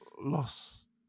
lost